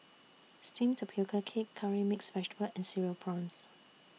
Steamed Tapioca Cake Curry Mixed Vegetable and Cereal Prawns